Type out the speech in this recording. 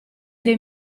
dei